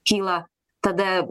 kyla tada